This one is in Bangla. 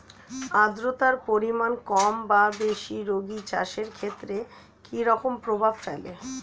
আদ্রতার পরিমাণ কম বা বেশি রাগী চাষের ক্ষেত্রে কি রকম প্রভাব ফেলে?